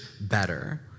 better